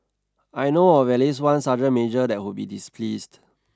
I know of at least one sergeant major that would be displeased